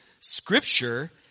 Scripture